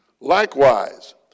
Likewise